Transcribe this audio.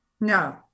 No